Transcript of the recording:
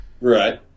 right